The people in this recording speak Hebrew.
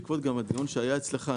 גם בעקבות הדיון שהיה אצלך,